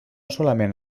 solament